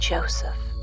Joseph